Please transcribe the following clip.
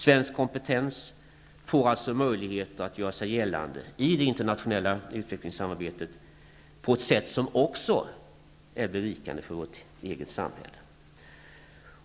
Svensk kompetens får alltså möjlighet att göra sig gällande i det internationella utvecklingssamarbetet på ett sätt som också är berikande för det egna samhället.